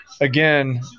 Again